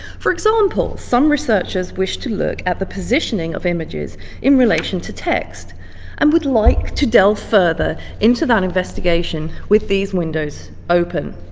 for example, some researchers wish to look at the positioning of images in relation to text and would like to delve further into that investigation with these windows open.